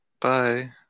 Bye